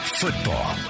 football